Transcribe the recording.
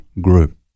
group